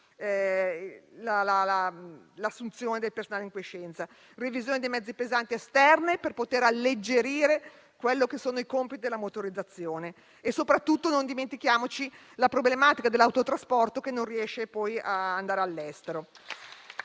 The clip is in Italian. all'assunzione del personale in quiescenza), di revisioni dei mezzi pesanti esterne, per poter alleggerire i compiti della motorizzazione. Soprattutto non dimentichiamo la problematica dell'autotrasporto che non riesce ad andare all'estero.